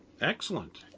Excellent